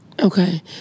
Okay